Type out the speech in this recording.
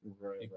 right